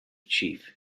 chief